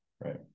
right